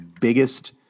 biggest